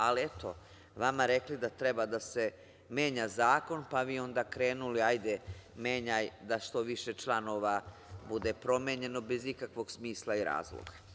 Ali, eto, vama rekli da treba da se menja zakon, pa vi onda krenuli, hajde menjaj da što više članova bude promenjeno, bez ikakvog smisla i razloga.